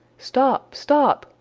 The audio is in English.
stop! stop!